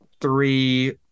three